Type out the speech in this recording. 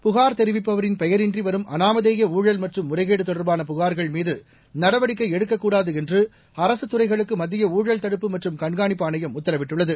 புகார் தெரிவிப்பவரின் பெயர் இன்றி வரும் அனாமதேய ஊழல் மற்றும் முறைகேடு தொடர்பான புகார்கள் மீது நடவடிக்கை எடுக்கக்கூடாது என்று அரசு துறைகளுக்கு மத்திய ஊழல் தடுப்பு மற்றும் கண்காணிப்பு ஆணையம் உத்தரவிட்டுள்ளது